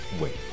Wait